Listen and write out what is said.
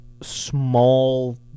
small